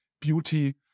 beauty